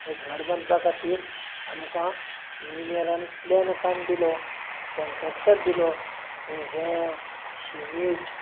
हें घर बांदपा खातीर आमकां इंजिनियरान प्लॅन काडून दिलो कॉनट्रेक्टर दिलो पूण रेंव शिमीट